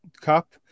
Cup